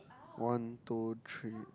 one two three